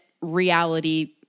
reality